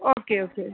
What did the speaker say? okay okay